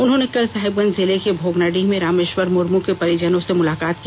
उन्होंने कल साहिबगंज जिले के भोगनाडीह में रामेष्वर मुर्मू के परिजनों से मुलाकात की